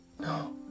No